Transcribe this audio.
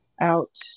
out